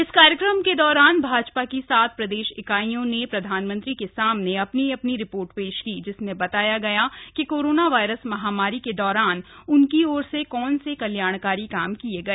इस कार्यक्रम के दौरान भाजपा की सात प्रदेश इकाइयों ने प्रधानमंत्री के सामने अपनी अपनी रिपार्ट पेश किए जिसमें बताया गया कि काउ्रामा वायरस महामारी के दौरान उनकी ओर से कौन से कल्याणकारी काम किए गए